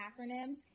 acronyms